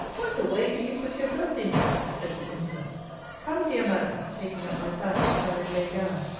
what a way do you put yourself in, miss, said the insolent come, dear madam, taking up my fan, which i had laid down,